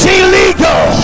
illegal